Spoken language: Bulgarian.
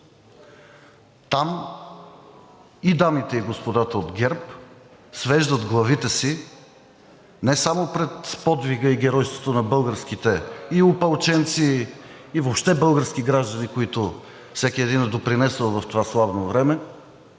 Там и дамите, и господата от ГЕРБ свеждат главите си не само пред повдига и геройството на българските опълченци, и въобще български граждани, които всеки един е допринесъл с нещо в това славно време,